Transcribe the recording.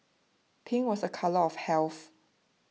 pink was a colour of health